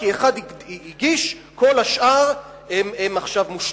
כי אחד הגיש, כל השאר הם עכשיו מושתקים.